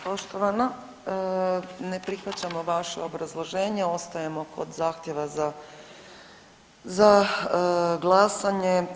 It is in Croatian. Poštovana, ne prihvaćamo vaše obrazloženje ostajemo kod zahtjeva za glasanjem.